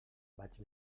vaig